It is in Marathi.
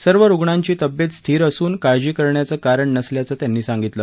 सर्व रुग्णांची तब्येत स्थिर असून काळजी करण्याचं कारण नसल्याचं त्यांनी सांगितलं